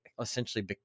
essentially